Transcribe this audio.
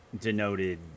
denoted